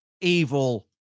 evil